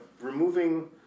removing